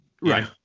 Right